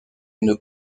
une